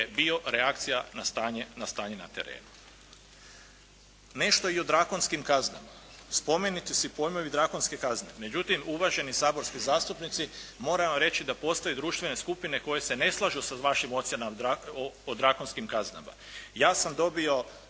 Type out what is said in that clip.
bio reakcija na stanje na terenu. Nešto i o drakonskim kaznama. Spomenuti su pojmovi drakonske kazne. Međutim, uvaženi saborski zastupnici, moram vam reći da postoje društvene skupine koje se ne slažu sa vašim ocjenama o drakonskim kaznama. Ja sam dobio